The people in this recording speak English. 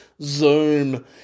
Zoom